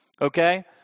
Okay